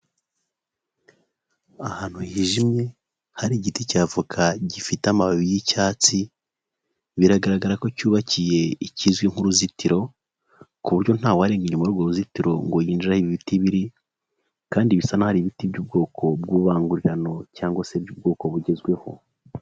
Ahantu hijimye hari igiti cy'avoka gifite amababi y'icyatsi, biragaragara ko cyubakiye ikizwi nk'uruzitiro ku buryo ntawarenga inyuma y' urwo ruzitiro ngo yinjire aho ibyo biti biri, kandi bisa nkaho ari ibiti by'ubwoko bw' ibangurirano cyangwa se by'ubwoko bugezweho.